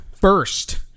first